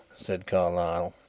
said carlyle.